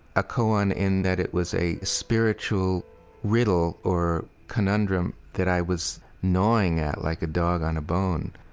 a koan in that it was a spiritual riddle or conundrum that i was gnawing at like a dog on a bone.